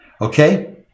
Okay